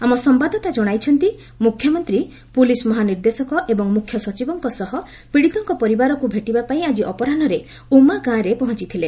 ଆମ ସମ୍ଭାଦଦାତା ଜଣାଇଛନ୍ତି ମୁଖ୍ୟମନ୍ତ୍ରୀ ପୁଲିସ୍ ମହାନିର୍ଦ୍ଦେଶକ ଏବଂ ମୁଖ୍ୟ ସଚିବଙ୍କ ସହ ପୀଡ଼ିତଙ୍କ ପରିବାରଙ୍କ ଭେଟିବାପାଇଁ ଆଜି ଅପରାହ୍ରରେ ଉମ୍ମା ଗାଁରେ ପହଞ୍ଚଥିଲେ